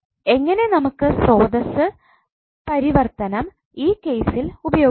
എങ്ങനെ നമുക്ക് സ്രോതസ്സ് പരിവർത്തനം ഈ കേസിൽ ഉപയോഗിക്കാം